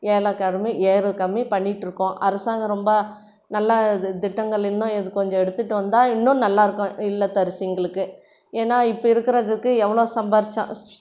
கம்மி பண்ணிகிட்ருக்கோம் அரசாங்கம் ரொம்ப நல்லா திட்டங்கள் இன்னும் இது கொஞ்சம் எடுத்துட்டு வந்தால் இன்னும் நல்லா இருக்கும் இல்லத்தரசிங்களுக்கு ஏன்னா இப்போ இருக்கிறதுக்கு எவ்வளோ சம்பாரிச்சால்